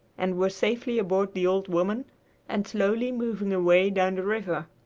and were safely aboard the old woman and slowly moving away down the river.